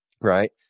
right